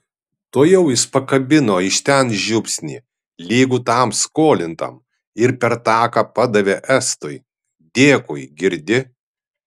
tuojau jis pakabino iš ten žiupsnį lygų tam skolintam ir per taką padavė estui dėkui girdi